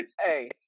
Hey